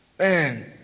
Man